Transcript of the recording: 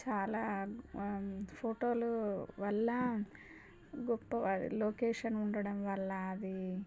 చాలా ఫోటోలు వల్ల గొప్ప వారి లొకేషన్ ఉండడం వల్ల అది